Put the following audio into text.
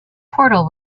portal